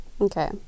Okay